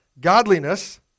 godliness